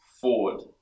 forward